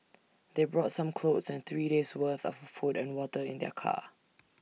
they brought some clothes and three days' worth of food and water in their car